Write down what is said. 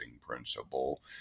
principle